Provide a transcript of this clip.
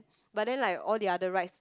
but then like all the other rides